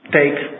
take